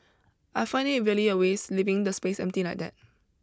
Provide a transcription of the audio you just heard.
I find it really a waste leaving the space empty like that